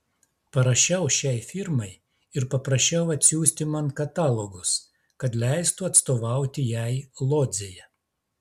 parašiau šiai firmai ir paprašiau atsiųsti man katalogus kad leistų atstovauti jai lodzėje